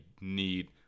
need